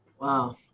wow